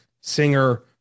Singer